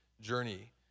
journey